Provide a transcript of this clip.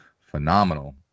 phenomenal